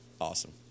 Awesome